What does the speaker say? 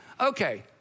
Okay